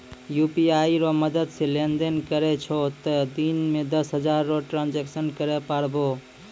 UPI रो मदद से लेनदेन करै छहो तें दिन मे दस हजार रो ट्रांजेक्शन करै पारभौ